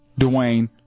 Dwayne